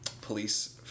police